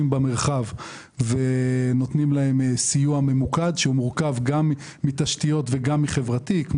במרחב ונותנים להם סיוע ממוקד שמורכב גם מתשתיות וגם מחברתי.